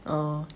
oh